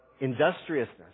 industriousness